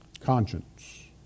Conscience